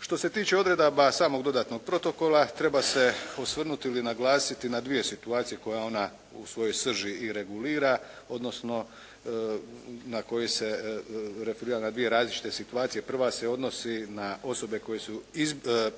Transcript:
Što se tiče odredaba samog dodatnog protokola treba se osvrnuti ili naglasiti na dvije situacije koje ona u svojoj srži i regulira odnosno na koji se referira na dvije različite situacije. Prva se odnosi na osobe koje su